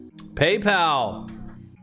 PayPal